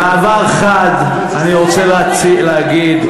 במעבר חד אני רוצה להגיד,